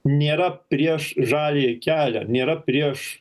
nėra prieš žaliąjį kelią nėra prieš